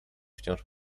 wciąż